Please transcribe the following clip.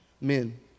men